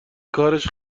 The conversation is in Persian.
کارش